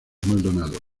maldonado